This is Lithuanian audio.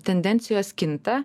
tendencijos kinta